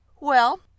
Well